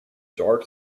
dark